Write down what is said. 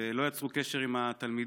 ולא יצרו קשר עם התלמידים.